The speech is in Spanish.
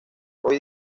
hoy